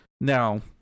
now